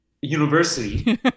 university